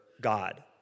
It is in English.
God